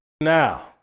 now